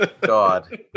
god